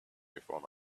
before